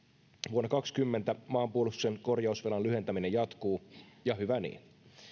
vuonna kaksikymmentä maanpuolustuksen korjausvelan lyhentäminen jatkuu ja hyvä niin